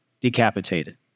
decapitated